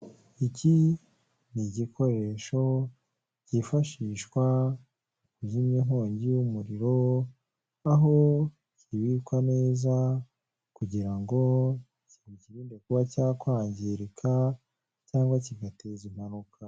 Iki ni igikoresho cyifashishwa kuzimya inkongi y'umuriro aho kibikwa neza kugira ngo bikirinde kuba cyakwangirika cyangwa kigateza impanuka.